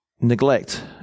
neglect